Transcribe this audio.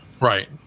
right